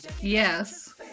Yes